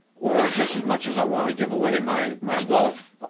or just as much as i wanna give away my my wealth,